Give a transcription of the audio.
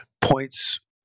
points